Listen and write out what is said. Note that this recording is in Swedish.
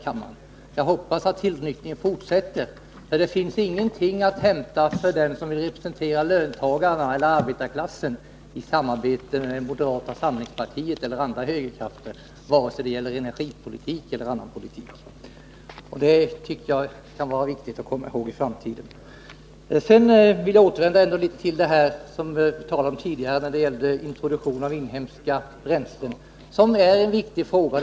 Jag hoppas att tillnyktringen fortsätter. För den som vill representera löntagarna eller arbetarklassen finns det ingenting att hämta i ett samarbete med moderata samlingspartiet eller andra högerkrafter, varken när det gäller energipolitiken eller i fråga om annan politik. Det kan det vara viktigt att komma ihåg i framtiden. Jag vill återvända till den tidigare diskussionen om introduktionen av inhemska bränslen, som är en viktig fråga.